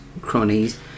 cronies